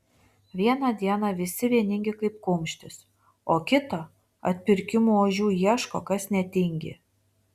vieną dieną visi vieningi kaip kumštis o kitą atpirkimo ožių ieško kas netingi